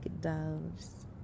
doves